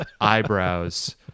eyebrows